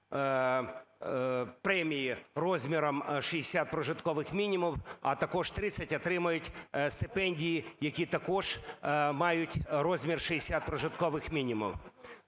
премії розміром 60 прожиткових мінімумів, а також тридцять – отримають стипендії, які також мають розмір 60 прожиткових мінімумів.